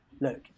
look